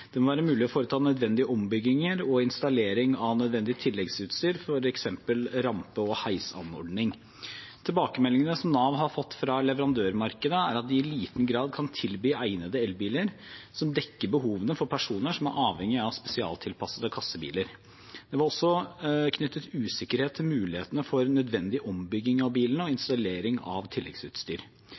Det må være mulig å foreta nødvendige ombygginger og installering av nødvendig tilleggsutstyr, som f.eks. rampe og heisanordning. Tilbakemeldingene som Nav har fått fra leverandørmarkedet, er at de i liten grad kan tilby egnede elbiler som dekker behovene for personer som er avhengige av spesialtilpassede kassebiler. Det var også knyttet usikkerhet til mulighetene for nødvendig ombygging av bilene og installering av tilleggsutstyr.